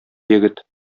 егет